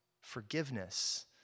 Forgiveness